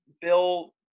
Bill